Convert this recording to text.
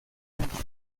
anchos